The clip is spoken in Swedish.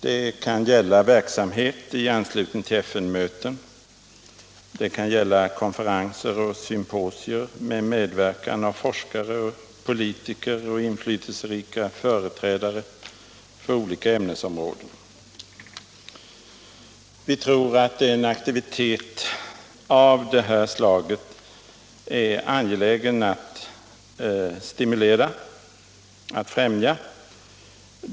Det kan gälla verksamhet i anslutning till FN-möten, det kan gälla konferenser och symposier med medverkan av forskare, politiker och inflytelserika företrädare för olika ämnesområden. Vi tror att en aktivitet av detta slag är angelägen att stimulera och främja.